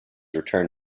return